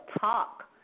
talk